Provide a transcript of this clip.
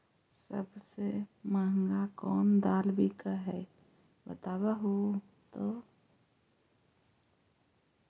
सबसे महंगा कोन दाल बिक है बताहु तो?